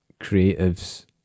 creatives